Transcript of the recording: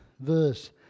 verse